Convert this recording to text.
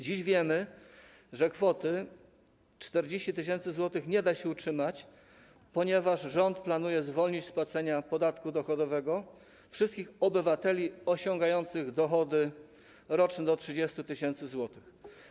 Dziś wiemy, że kwoty 40 tys. zł nie da się utrzymać, ponieważ rząd planuje zwolnić z płacenia podatku dochodowego wszystkich obywateli osiągających dochody roczne do 30 tys. zł.